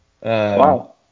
wow